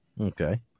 Okay